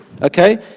Okay